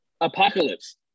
Apocalypse